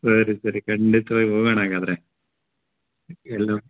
ಸರಿ ಸರಿ ಕಂಡಿತವಾಗ್ ಹೋಗಣ ಹಾಗಾದ್ರೆ ಎಲ್ಲ